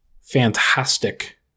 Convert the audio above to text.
fantastic